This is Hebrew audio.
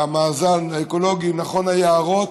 המאזן האקולוגי, נכון, היערות,